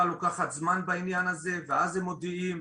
לוקחת זמן בעניין הזה ואז הם מודיעים,